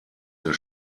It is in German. der